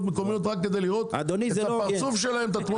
מקומיות רק כדי לראות את התמונה שלהם בשלטי המודעות.